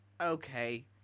Okay